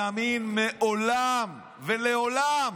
מעולם ולעולם